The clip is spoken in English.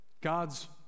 God's